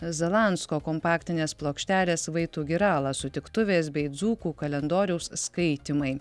zalansko kompaktinės plokštelės vai tu girala sutiktuvės bei dzūkų kalendoriaus skaitymai